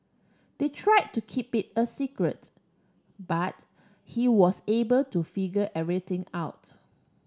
they try to keep it a secret but he was able to figure everything out